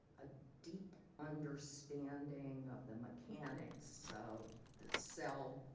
a deep understanding of the mechanics so of the cell